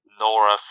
Nora